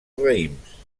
raïms